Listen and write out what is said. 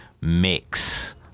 mix